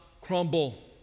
crumble